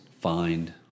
find